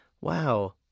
Wow